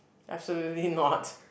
absolutely not